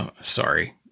sorry